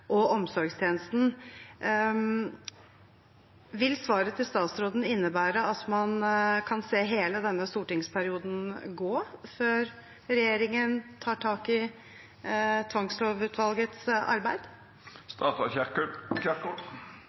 og omsorgstjenesten. Vil svaret til statsråden innebære at man kan se hele denne stortingsperioden gå, før regjeringen tar tak i tvangslovutvalgets arbeid?